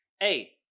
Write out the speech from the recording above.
Hey